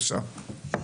בבקשה.